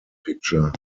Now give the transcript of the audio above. picture